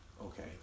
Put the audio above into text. okay